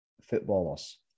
footballers